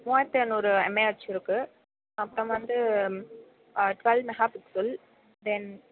மூவாயிரத்து இரநூறு எம்ஏஹெச் இருக்குது அப்புறம் வந்து டுவெல் மெஹா பிக்ஸல் தென்